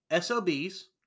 SOBs